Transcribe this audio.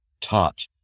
taught